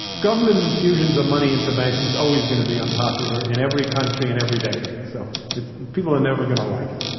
government infusions of money into banks is always going to be unpopular in every country, in every decade, so people are never going to like it.